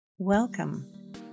Welcome